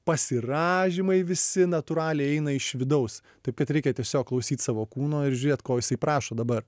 pasirąžymai visi natūraliai eina iš vidaus taip kad reikia tiesiog klausyt savo kūno ir žiūrėt ko jisai prašo dabar